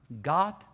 God